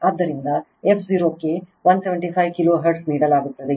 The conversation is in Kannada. ಆದ್ದರಿಂದ f 0 ಗೆ 175 ಕಿಲೋ ಹರ್ಟ್ಜ್ ನೀಡಲಾಗುತ್ತದೆ